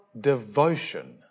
devotion